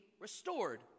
restored